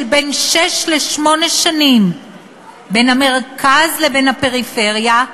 בין שש לשמונה שנים בין המרכז לבין הפריפריה.